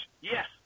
Yes